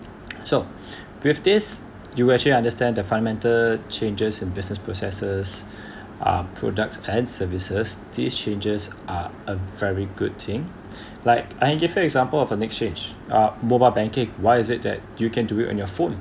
so with this you actually understand the fundamental changes in business processes um products and services these changes are a very good thing like I can give you example of a neck change uh mobile banking why is it that you can do it on your phone